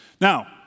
Now